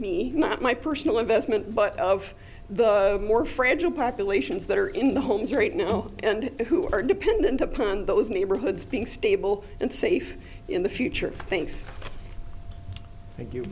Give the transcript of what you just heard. me not my personal investment but of the more fragile populations that are in the homes right now and who are dependent upon those neighborhoods being stable and safe in the future thanks